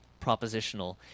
propositional